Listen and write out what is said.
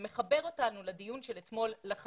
זה לחלוטין מחבר אותנו לדיון שהתקיים אתמול.